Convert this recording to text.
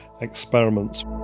experiments